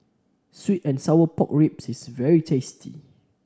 sweet and Sour Pork Ribs is very tasty